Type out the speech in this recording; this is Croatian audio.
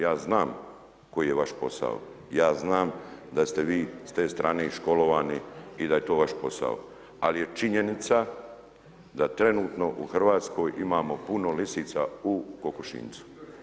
Ja znam koji je vaš posao, ja znam da ste vi s te strane i školovani i da je to vaš posao, ali je činjenica da trenutno u Hrvatskoj imamo puno lisica u kokošinjcu.